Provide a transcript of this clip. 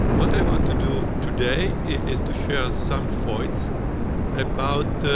what i want to do today is to share some points about,